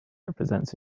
represents